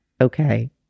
Okay